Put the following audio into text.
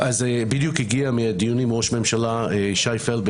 בדיוק הגיע מהדיון עם ראש הממשלה שי פלבר